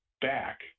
back